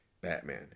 Batman